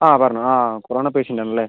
ആ പറഞ്ഞോളൂ ആ കൊറോണ പേഷ്യൻ്റ് ആണല്ലേ